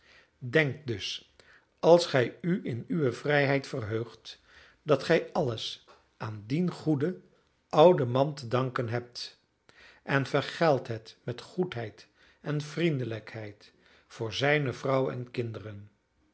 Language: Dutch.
denkt dus als gij u in uwe vrijheid verheugt dat gij alles aan dien goeden ouden man te danken hebt en vergeldt het met goedheid en vriendelijkheid voor zijne vrouw en kinderen